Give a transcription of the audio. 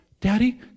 Daddy